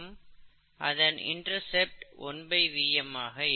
அதன் intercept 1Vm ஆக இருக்கும்